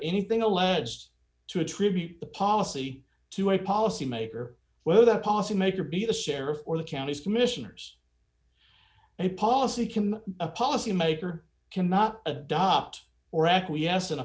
anything alleged to attribute the policy to a policy maker whether the policy maker be the sheriff or the county's commissioners a policy can a policy maker cannot adopt or acquiesce in a